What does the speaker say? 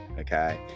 Okay